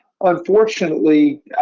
Unfortunately